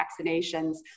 vaccinations